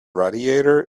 radiator